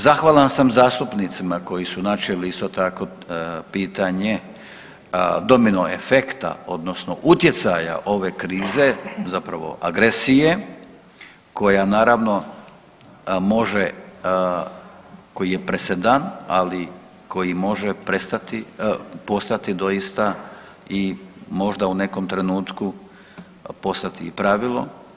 Zahvalan sam zastupnicima koji su načeli isto tako pitanje domino efekta odnosno utjecaja ove krize zapravo agresije koja naravno može, koji je presedan, ali koji može prestati, postati doista i možda u nekom trenutku postati i pravilo.